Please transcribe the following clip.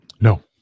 No